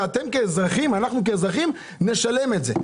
ואז אנחנו האזרחים משלמים את זה.